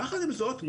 יחד עם זאת,